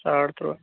ساڑ تُرٛواہ